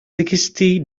sixty